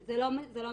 זה לא משנה,